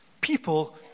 People